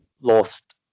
lost